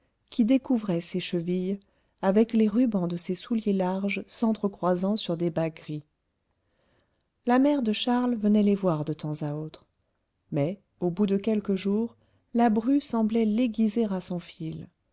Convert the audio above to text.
qui découvraient ses chevilles avec les rubans de ses souliers larges s'entrecroisant sur des bas gris la mère de charles venait les voir de temps à autre mais au bout de quelques jours la bru semblait l'aiguiser à son fil